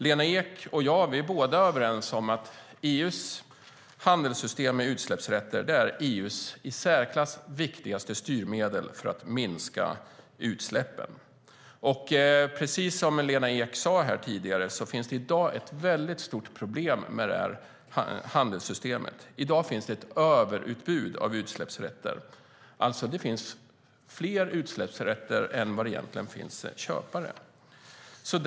Lena Ek och jag är överens om att EU:s handelssystem när det gäller utsläppsrätter är EU:s i särklass viktigaste styrmedel för att minska utsläppen. Precis som Lena Ek sade här tidigare finns det i dag ett stort problem med handelssystemet. I dag finns det nämligen ett överutbud av utsläppsrätter. Det finns alltså fler utsläppsrätter än det finns köpare till.